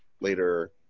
later